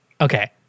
Okay